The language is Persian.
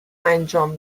انجام